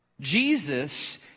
Jesus